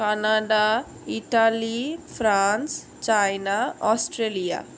Canada Italy France China Australia